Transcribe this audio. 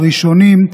הראשונים.